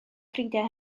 ffrindiau